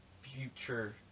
future